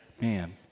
man